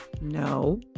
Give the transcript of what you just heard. No